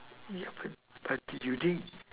yeah but but did you think